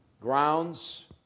grounds